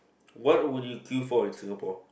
what would you queue for in Singapore